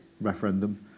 referendum